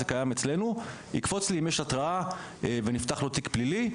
זה קיים אצלנו אם יש התראה ונפתח לו תיק פלילי.